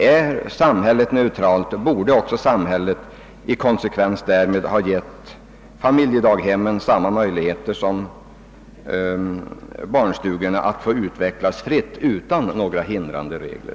Om samhället vore neutralt, så borde också samhället i konsekvens därmed ha gett familjedaghemmen samma möjligheter som barnstugorna att få utvecklas fritt utan några hindrande regler.